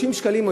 30 שקלים,